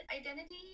identity